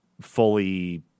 fully